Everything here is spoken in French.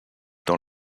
dans